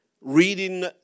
reading